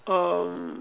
um